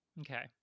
Okay